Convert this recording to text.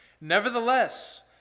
Nevertheless